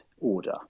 order